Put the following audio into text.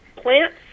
Plants